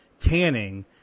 tanning